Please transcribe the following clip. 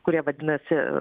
kurie vadinasi